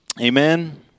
Amen